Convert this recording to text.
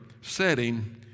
setting